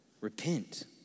Repent